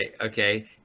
okay